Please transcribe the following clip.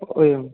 ओ एवं